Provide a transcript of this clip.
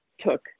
took